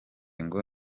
ngo